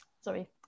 sorry